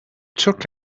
took